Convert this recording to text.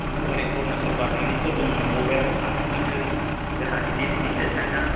थिक ओरै अरुनाचल बारनानैथ' जों मोनबावबाय आरो साहाथिंनो जोंहा गिदिर मोनसे चाइना